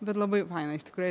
bet labai faina iš tikrųjų